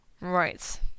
Right